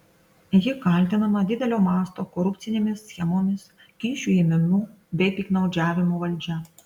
ji kaltinama didelio masto korupcinėmis schemomis kyšių ėmimu bei piktnaudžiavimu valdžia